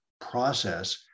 process